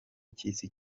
cy’isi